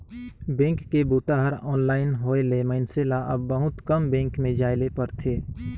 bank के बूता हर ऑनलाइन होए ले मइनसे ल अब बहुत कम बेंक में जाए ले परथे